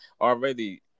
Already